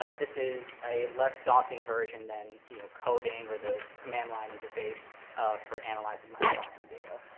ah this is a less daunting version than you know coding or the command-line interface for analyzing microbiome data.